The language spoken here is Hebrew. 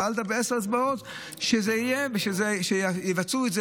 פעלת בעשר אצבעות כדי שזה יהיה ושיבצעו את זה.